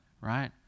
right